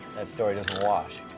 that story doesn't wash.